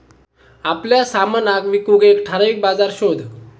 आपल्या सामनाक विकूक एक ठराविक बाजार शोध